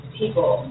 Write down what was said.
people